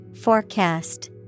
Forecast